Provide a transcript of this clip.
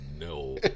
No